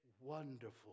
wonderful